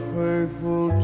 faithful